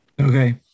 Okay